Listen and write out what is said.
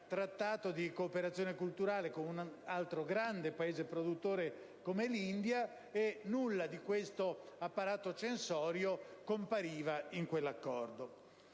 di cooperazione culturale con un altro grande Paese produttore come l'India, e nulla di questo apparato censorio compariva in quell'Accordo.